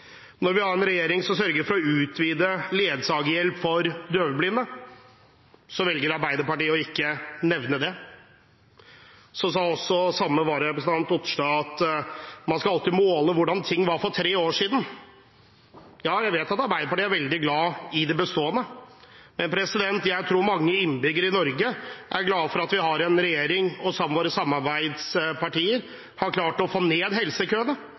Når vi har en regjering som sørger for å utvide ledsagerhjelpen for døvblinde, velger Arbeiderpartiet ikke å nevne det. Så sa også vararepresentant Otterstad at man alltid skal måle etter hvordan ting var for tre år siden. Ja, jeg vet at Arbeiderpartiet er veldig glad i det bestående. Men jeg tror mange innbyggere i Norge er glad for at vi har en regjering som, sammen med samarbeidspartiene, har klart å få ned helsekøene.